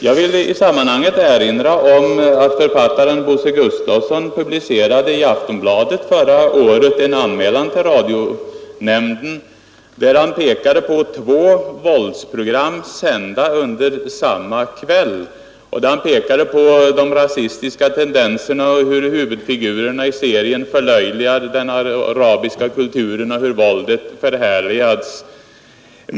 Jag vill i sammanhanget erinra om att författaren Bosse Gustafson förra året i Aftonbladet publicerade en anmälan till radionämnden, där han tar upp två våldsprogram sända under samma kväll och där han pekar på de rasistiska tendenserna och på hur huvudfigurerna i serien förlöjligade den arabiska kulturen och hur våldet förhärligades.